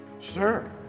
Sir